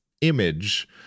image